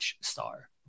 star